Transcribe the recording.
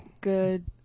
good